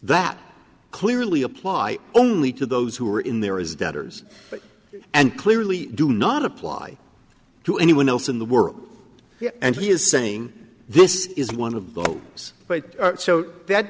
that clearly apply only to those who are in there as debtors and clearly do not apply to anyone else in the world and he is saying this is one of those but so that